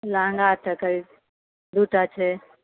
लहंगा तऽ करीब दूटा छै